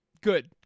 Good